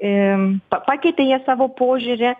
im pa pakeitėte jie savo požiūrį